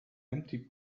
empty